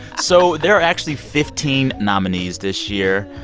so there are actually fifteen nominees this year,